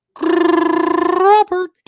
Robert